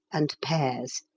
and pears.